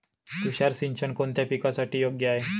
तुषार सिंचन कोणत्या पिकासाठी योग्य आहे?